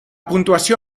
puntuació